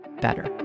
better